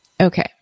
Okay